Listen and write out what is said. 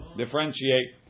differentiate